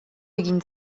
egin